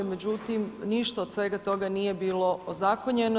Međutim, ništa od svega toga nije bilo ozakonjeno.